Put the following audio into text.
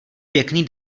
pěkný